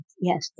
Yes